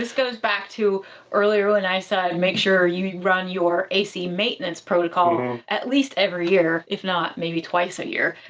goes back to earlier, when i said make sure you run your a c maintenance protocol um at least every year, if not maybe twice a year,